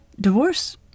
divorce